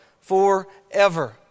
forever